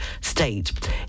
state